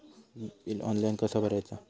Bill online कसा भरायचा?